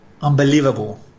unbelievable